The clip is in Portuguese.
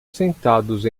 sentados